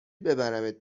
ببرمت